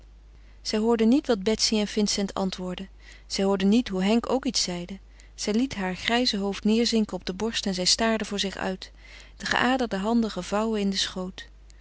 zij hoorde niet wat betsy en vincent antwoordden zij hoorde niet hoe henk ook iets zeide zij liet haar grijze hoofd neêrzinken op de borst en zij staarde voor zich uit de geaderde handen gevouwen in den schoot